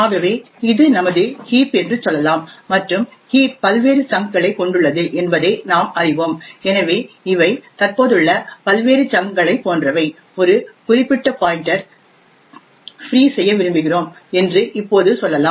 ஆகவே இது நமது ஹீப் என்று சொல்லலாம் மற்றும் ஹீப் பல்வேறு சங்க்களை கொண்டுள்ளது என்பதை நாம் அறிவோம் எனவே இவை தற்போதுள்ள பல்வேறு சங்க்களை போன்றவை ஒரு குறிப்பிட்ட பாய்ன்டர் ஐ ஃப்ரீ செய்ய விரும்புகிறோம் என்று இப்போது சொல்லலாம்